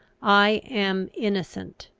i am innocent.